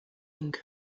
inc